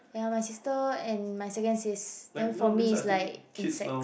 ya my sister and my second sis then for me is like insects